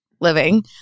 living